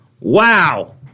wow